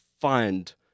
find